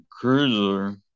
cruiser